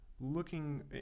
looking